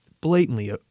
blatantly